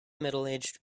middleaged